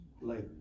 later